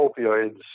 opioids